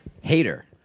Hater